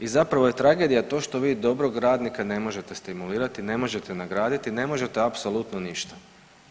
I zapravo je tragedija to što vi dobrog radnika ne možete stimulirati, ne možete nagraditi, ne možete apsolutno ništa.